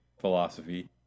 philosophy